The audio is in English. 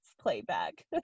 playback